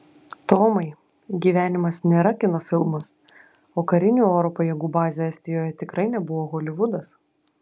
tomai gyvenimas nėra kino filmas o karinių oro pajėgų bazė estijoje tikrai nebuvo holivudas